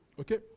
okay